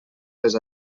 les